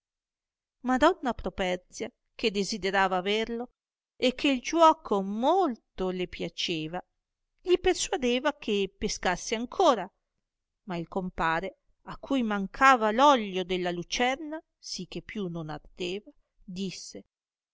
madonna properzia che desiderava averlo e che il giuoco molto le piaceva gli persuadeva che pescasse ancora ma il compare a cui mancava l'oglio della lucerna sì che più non ardeva disse